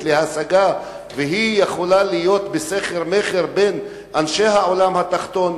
להשגה והיא יכולה להיות בסחר מכר בין אנשי העולם התחתון,